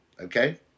okay